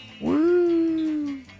Woo